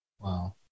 Wow